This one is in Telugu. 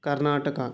కర్ణాటక